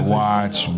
watch